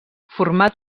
format